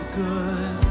good